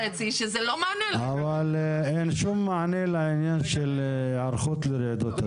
אבל אין שום מענה לעניין של היערכות לרעידות אדמה.